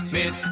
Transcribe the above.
Miss